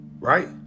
right